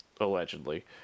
allegedly